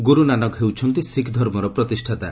ଗୁରୁ ନାନକ ହେଉଛନ୍ତି ଶିଖ୍ ଧର୍ମର ପ୍ରତିଷ୍ଠାତା